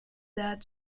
that